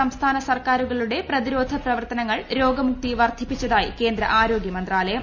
സംസ്ഥാന സർക്കാരുകളുടെ പ്രിത്രോധ പ്രവർത്തനങ്ങൾ രോഗമുക്തി വർദ്ധിപ്പിച്ചതായി ക്യേന്ദ്ര ആരോഗൃമന്ത്രാലയം